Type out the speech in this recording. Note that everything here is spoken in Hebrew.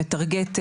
מטרגט,